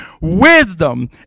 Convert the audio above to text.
wisdom